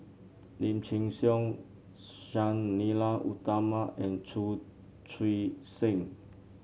Lim Chin Siong Sang Nila Utama and Chu Chee Seng